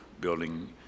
building